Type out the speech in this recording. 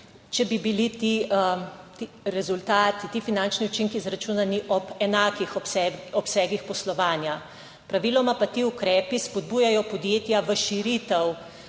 rezultati, ti finančni učinki izračunani ob enakih obsegih poslovanja. Praviloma pa ti ukrepi spodbujajo podjetja v širitev